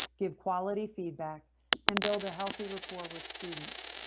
give quality feedback and build a healthy report with students.